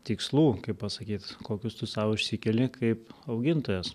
tikslų kaip pasakyt kokius tu sau išsikeli kaip augintojas